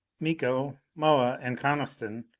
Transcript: miko, moa and coniston,